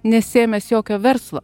nesiėmęs jokio verslo